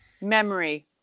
memory